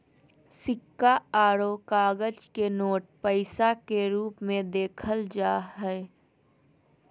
सिक्का आरो कागज के नोट पैसा के रूप मे देखल जा हय